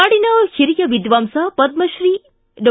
ನಾಡಿನ ಹಿರಿಯ ವಿದ್ವಾಂಸ ಪದ್ಧತ್ರೀ ಡಾ